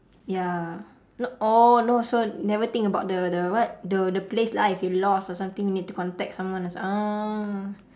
ya not oh no so never think about the the what the the place lah if you lost or something you need to contact someone oh